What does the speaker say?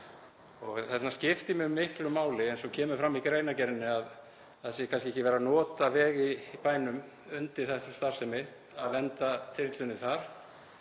vegna skiptir mjög miklu máli, eins og kemur fram í greinargerðinni, að það sé ekki verið að nota vegi í bænum undir þessa starfsemi, að lenda þyrlunni þar